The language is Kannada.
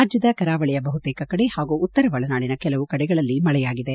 ರಾಜ್ಜದ ಕರಾವಳಿಯ ಬಹುತೇಕ ಕಡೆ ಹಾಗೂ ಉತ್ತರ ಒಳನಾಡಿನ ಕೆಲವು ಕಡೆಗಳಲ್ಲಿ ಮಳೆಯಾಗಿದೆ